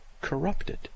corrupted